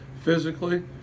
physically